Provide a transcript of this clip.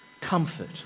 Comfort